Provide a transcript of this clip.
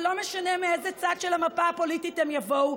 ולא משנה מאיזה צד של המפה הפוליטית הם יבואו,